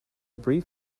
brief